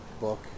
book